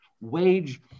wage